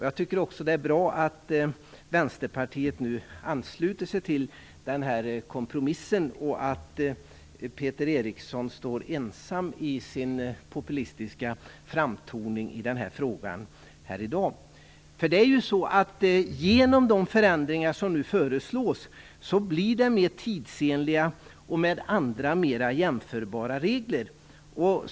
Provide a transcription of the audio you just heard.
Jag tycker också att det är bra att Vänsterpartiet nu ansluter sig till den här kompromissen och att Peter Eriksson står ensam i sin populistiska framtoning i den här frågan här i dag. Genom de förändringar som nu föreslås blir det mer tidsenliga och med andra mer jämförbara regler.